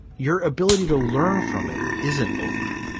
your ability to learn from it isn't over